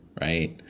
right